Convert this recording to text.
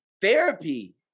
therapy